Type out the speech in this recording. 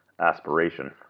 aspiration